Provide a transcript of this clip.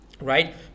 Right